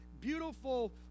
beautiful